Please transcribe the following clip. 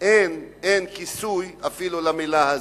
אין כיסוי אפילו למלה הזאת.